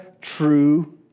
true